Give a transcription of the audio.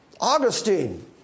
Augustine